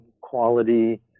quality